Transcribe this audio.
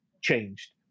changed